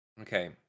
Okay